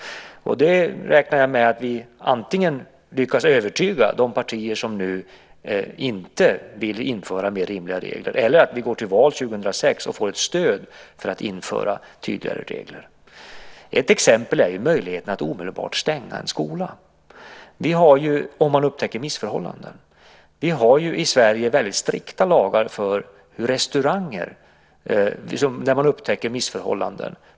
Jag räknar med att vi antingen lyckas övertyga de partier som nu inte vill införa mer rimliga regler eller går till val 2006 och får ett stöd för att införa tydligare regler. Ett exempel är möjligheten att omedelbart stänga en skola om man upptäcker missförhållanden. Vi har i Sverige väldigt strikta lagar för hur restauranger måste bete sig när man upptäcker missförhållanden.